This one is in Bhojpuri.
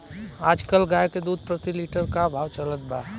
आज कल गाय के दूध प्रति लीटर का भाव चलत बा?